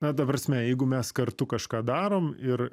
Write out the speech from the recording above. na ta prasme jeigu mes kartu kažką darom ir